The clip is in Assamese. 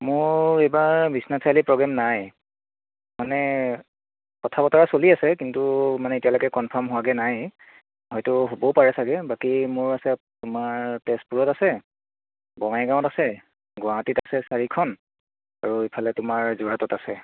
মোৰ এইবাৰ বিশ্বনাথ চাৰিআলিত প্ৰগেম নাই মানে কথা বতৰা চলি আছে কিন্তু মানে এতিয়ালৈকে কমফাৰ্ম হোৱাগৈ নাই হয়তু হ'ব পাৰে চাগৈ বাকী মোৰ আছে তোমাৰ তেজপুৰত আছে বঙাইগাঁৱত আছে গুৱাহাটীত আছে চাৰিখন আৰু এইফালে তোমাৰ যোৰহাটত আছে